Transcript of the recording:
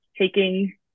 taking